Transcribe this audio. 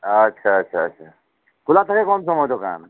আচ্ছা আচ্ছা আচ্ছা খোলা থাকে কোন সময় দোকান